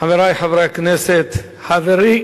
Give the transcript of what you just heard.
חברי חברי הכנסת, חברי